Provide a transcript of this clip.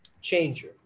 changer